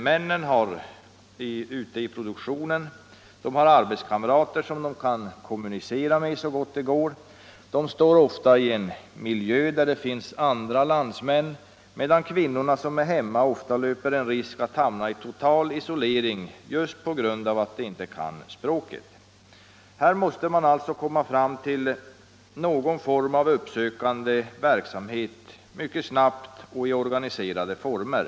Männen är ute i produktionen, de har arbetskamrater som de kan kommunicera med så gott det går och de står ofta i en miljö där det finns andra landsmän, medan kvinnorna som är hemma ofta löper risk att hamna i total isolering just på grund av att de inte kan språket. Här måste man alltså komma fram till någon form av uppsökande verksamhet mycket snabbt och i organiserade former.